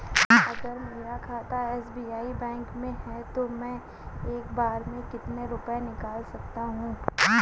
अगर मेरा खाता एस.बी.आई बैंक में है तो मैं एक बार में कितने रुपए निकाल सकता हूँ?